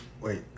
Wait